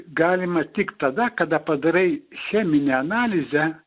galima tik tada kada padarai cheminę analizę